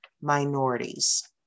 minorities